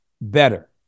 Better